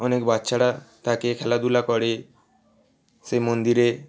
অনেক বাচ্চারা থাকা খেলাধুলা করে সেই মন্দিরে